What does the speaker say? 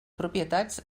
propietats